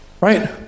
right